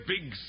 big